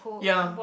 ya